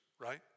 right